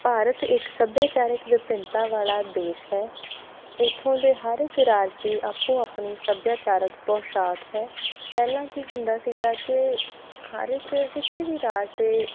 ਭਾਰਤ ਇੱਕ ਸੱਭਿਆਚਾਰਿਕ ਵਿਭਿੰਨਤਾ ਵਾਲਾ ਦੇਸ਼ ਹੈ ਇੱਥੋਂ ਦੇ ਹਰ ਇੱਕ ਰਾਜ ਦੀ ਆਪੋ ਆਪਣੀ ਸੱਭਿਆਚਾਰਕ ਪੋਸ਼ਾਕ ਹੈ ਪਹਿਲਾਂ ਕੀ ਹੁੰਦਾ ਸੀਗਾ ਕਿ ਹਰ ਇੱਕ ਕਿਸੇ ਵੀ ਰਾਜ ਦੇ